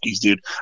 dude